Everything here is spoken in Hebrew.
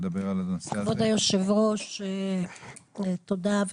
כבוד היושב-ראש, תודה.